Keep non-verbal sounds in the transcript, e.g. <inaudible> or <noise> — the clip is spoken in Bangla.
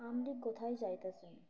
<unintelligible> কোথায় যাইতেছেন